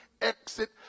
exit